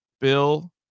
bill